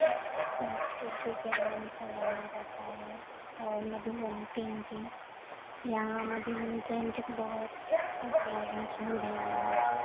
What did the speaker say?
سنسکرتی کے نام سے جانا جاتا ہے اور مدھوبنی پینٹنگ یہاں مدھوبنی پینٹنگ بہت مطلب مشہور ہے یہاں کی